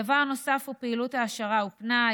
דבר נוסף: פעילות העשרה ופנאי.